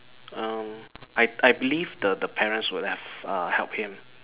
um I I believe the the parents would have uh helped him